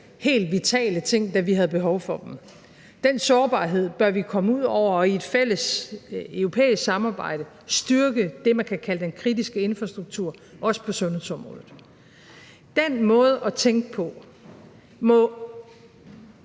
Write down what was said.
helt vitale ting, da vi havde behov for dem. Den sårbarhed bør vi komme ud over og i et fælles europæisk samarbejde styrke det, man kan kalde den kritiske infrastruktur også på sundhedsområdet. Den måde at tænke på må